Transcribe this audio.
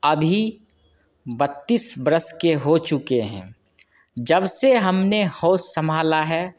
अभी बत्तीस वर्ष के हो चुके हैं जब से हमने होश संभाला है